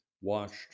watched